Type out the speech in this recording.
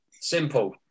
Simple